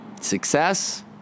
Success